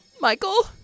Michael